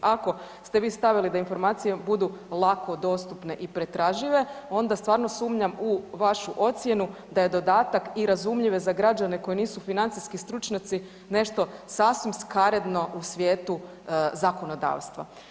Ako ste vi stavili da informacije budu lako dostupne i pretražive, onda stvarno sumnjam u vašu ocjenu da je dodatak „i razumljive za građane koji nisu financijski stručnjaci“ nešto sasvim skaredno u svijetu zakonodavstva.